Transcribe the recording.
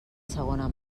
segona